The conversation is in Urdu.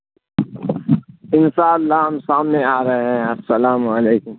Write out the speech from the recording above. ان شاء اللہ ہم شام میں آ رہے ہیں السلام علیکم